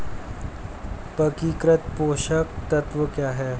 एकीकृत पोषक तत्व क्या है?